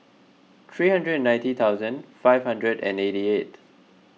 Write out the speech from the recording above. three hundred and ninety thousand five hundred and eighty eight